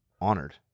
honored